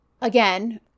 again